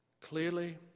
Clearly